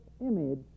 image